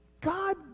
God